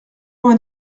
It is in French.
vingt